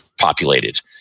populated